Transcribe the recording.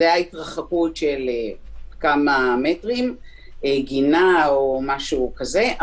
זו הייתה התרחקות של כמה מטרים לגינה או משהו כזה,